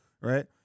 right